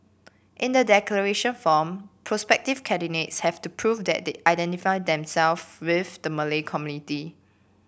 in the declaration form prospective candidates have to prove that they identify them self with the Malay community